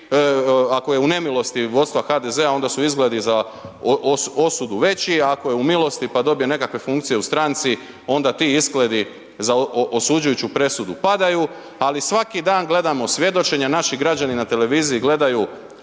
ako je u nemilosti vodstva HDZ-a onda su izgledi za osudu veći, ako je u milosti pa dobije nekakve funkcije u stranci onda ti izgledi za osuđujuću presudu padaju ali svaki dan gledamo svjedočenja, naši građani na televiziji gledaju